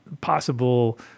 possible